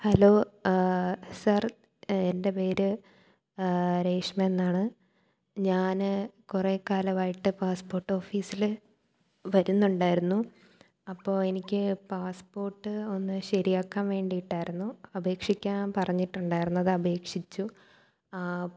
hello sir എൻ്റെ പേര് രേഷ്മ എന്നാണ് ഞാൻ കുറേ കാലമായിട്ടു പാസ്പ്പോട്ടോഫീസിൽ വരുന്നുണ്ടായിരുന്നു അപ്പോൾ എനിക്ക് പാസ്പ്പോട്ട് ഒന്നു ശരിയാക്കാൻ വേണ്ടിയിട്ടായിരുന്നു അപേക്ഷിക്കാൻ പറഞ്ഞിട്ടുണ്ടായിരുന്നു അത് അപേക്ഷിച്ചു